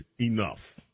enough